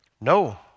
No